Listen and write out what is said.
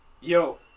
Yo